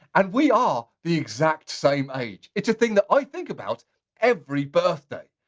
and we are the exact same age. it's a thing that i think about every birthday.